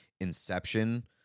inception